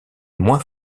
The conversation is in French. moins